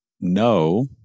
no